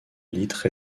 litres